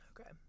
okay